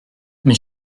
mes